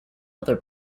other